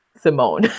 Simone